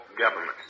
government